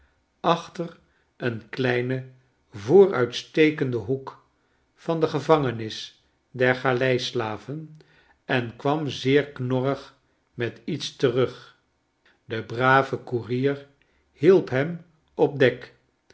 achter een kleinen vooruitstekenden hoek van de gevangenis der galeislaven en kwam zeer knorrig met iets terug de brave koerier hielp hem op dek